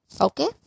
Okay